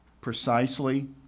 precisely